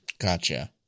Gotcha